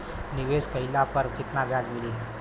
निवेश काइला पर कितना ब्याज मिली?